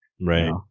Right